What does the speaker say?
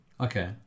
Okay